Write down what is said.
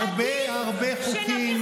בהרבה הרבה חוקים,